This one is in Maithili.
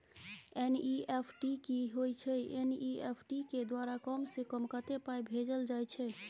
एन.ई.एफ.टी की होय छै एन.ई.एफ.टी के द्वारा कम से कम कत्ते पाई भेजल जाय छै?